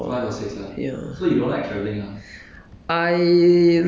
maybe around five or six loh